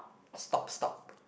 stop stop